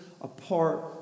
apart